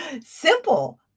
simple